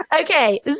okay